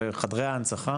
בחדר ההנצחה,